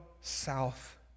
south